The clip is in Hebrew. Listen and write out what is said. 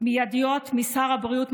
מיידיות משר הבריאות,